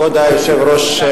כבוד היושב-ראש,